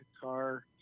guitar